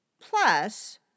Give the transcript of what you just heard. Plus